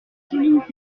soulignent